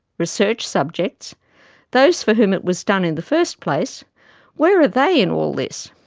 research subjects those for whom it was done in the first place where are they in all this?